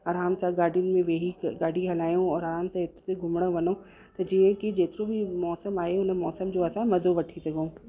आराम सां गाॾी में वेही करे गाॾी हलायूं और आराम से घुमणु वञऊ त जीअं कि जेकी बि मौसम आहे हुन मौसम जो असां मज़ो वठी सघूं